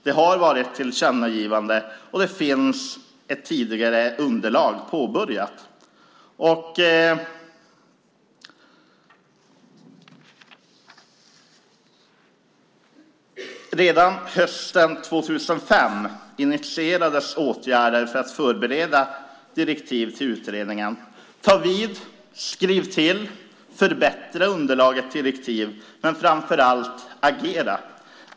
Det har gjorts ett tillkännagivande, och ett tidigare underlag är påbörjat. Redan hösten 2005 initierades åtgärder för att förbereda direktiv till utredningen. Ta vid, skriv till och förbättra underlaget till direktiv, men framför allt: Agera!